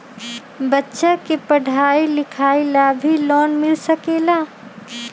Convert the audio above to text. बच्चा के पढ़ाई लिखाई ला भी लोन मिल सकेला?